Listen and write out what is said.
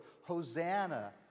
hosanna